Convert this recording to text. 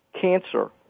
cancer